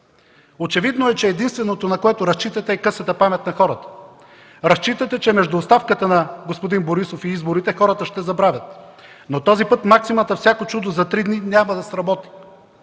Очевидно е, че единственото, на което разчитате1 е късата памет на хората. Разчитате, че между оставката на господин Борисов и изборите хората ще забравят. Този път максимата „Всяко чудо за три дни” няма да сработи.